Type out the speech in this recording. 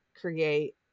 create